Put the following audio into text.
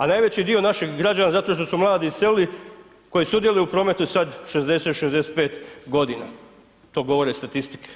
A najveći dio našeg građana zato što mladi iselili koji sudjeluju u prometu sad, 60, 65 godina, to govore statistike,